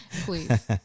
Please